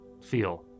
Feel